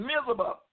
miserable